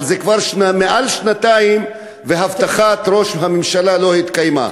אבל זה כבר מעל שנתיים והבטחת ראש הממשלה לא התקיימה.